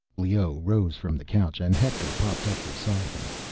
leoh rose from the couch, and hector popped up beside him.